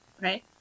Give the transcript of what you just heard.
Right